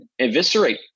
eviscerate